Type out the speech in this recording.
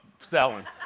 Selling